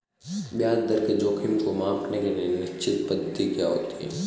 ब्याज दर के जोखिम को मांपने के लिए निश्चित पद्धति होती है